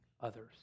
others